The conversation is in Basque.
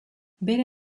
bere